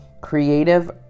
Creative